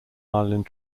island